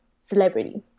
celebrity